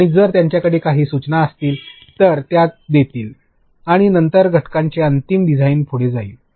आणि जर त्यांच्याकडे काही सूचना असतील तर त्या देतील आणि नंतर घटकांचे अंतिम डिझाइनिंग पुढे जाईल